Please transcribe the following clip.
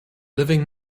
living